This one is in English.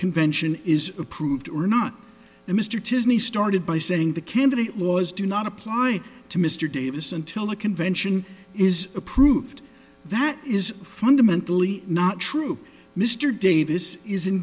convention is approved or not and mr tyranny started by saying the candidate laws do not apply to mr davis until the convention is approved that is fundamentally not true mr davis is